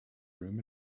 room